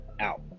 out